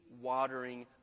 watering